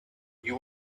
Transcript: you